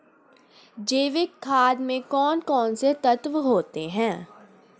जैविक खाद में कौन कौन से तत्व होते हैं?